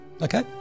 okay